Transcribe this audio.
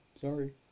Sorry